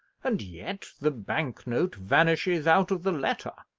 and yet the bank-note vanishes out of the letter!